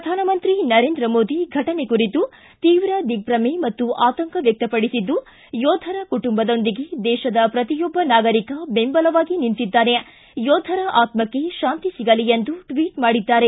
ಪ್ರಧಾನಮಂತ್ರಿ ನರೇಂದ್ರ ಮೋದಿ ಘಟನೆ ಕುರಿತು ತೀವ್ರ ದಿಗ್ದಮೆ ಮತ್ತು ಆತಂಕ ವ್ಯಕ್ಷಪಡಿಸಿದ್ದು ಯೋಧರ ಕುಟುಂಬದೊಂದಿಗೆ ದೇಶದ ಪ್ರತಿಯೊಬ್ಬ ನಾಗರಿಕ ದೆಂಬಲವಾಗಿ ನಿಂತಿದ್ದಾನೆ ಯೋಧರ ಆತ್ಮಕ್ಷೆ ಶಾಂತಿ ಸಿಗಲಿ ಎಂದು ಟ್ವಿಟ್ ಮಾಡಿದ್ದಾರೆ